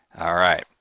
alright.